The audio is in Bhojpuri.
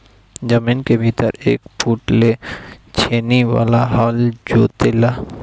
जमीन के भीतर एक फुट ले छेनी वाला हल जोते ला